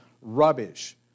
rubbish